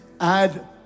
add